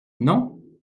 non